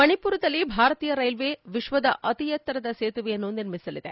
ಮಣಿಪುರದಲ್ಲಿ ಭಾರತೀಯ ರೈಲ್ವೆ ವಿಶ್ವದ ಅತಿ ಎತ್ತರದ ಸೇತುವೆಯನ್ನು ನಿರ್ಮಿಸಲಿದೆ